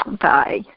bye